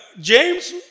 James